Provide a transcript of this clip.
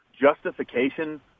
justification